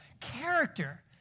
character